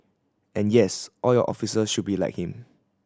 and yes all your officers should be like him